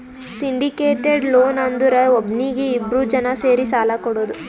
syndicated loan ಅಂದುರ್ ಒಬ್ನೀಗಿ ಇಬ್ರು ಜನಾ ಸೇರಿ ಸಾಲಾ ಕೊಡೋದು